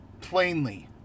plainly